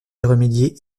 remédier